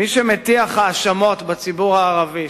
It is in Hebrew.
מי שמטיח האשמות בציבור הערבי,